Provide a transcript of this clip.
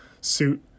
suit